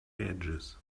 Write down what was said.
edges